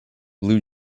blue